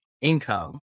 income